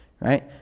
right